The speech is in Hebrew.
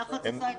הלחץ עשה את שלו.